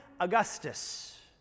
augustus